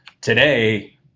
Today